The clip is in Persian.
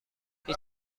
هیچ